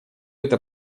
эта